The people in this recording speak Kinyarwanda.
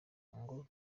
ngo